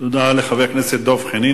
תודה לחבר הכנסת דב חנין.